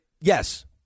Yes